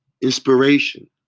Inspiration